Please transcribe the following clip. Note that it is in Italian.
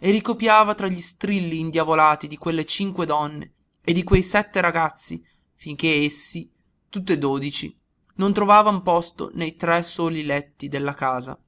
e ricopiava tra gli strilli indiavolati di quelle cinque donne e di quei sette ragazzi finché essi tutt'e dodici non trovavan posto nei tre soli letti della casa